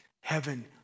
Heaven